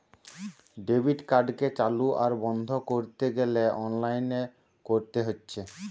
debit কার্ডকে চালু আর বন্ধ কোরতে গ্যালে অনলাইনে কোরতে হচ্ছে